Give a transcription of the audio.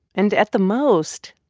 and at the most,